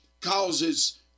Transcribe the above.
causes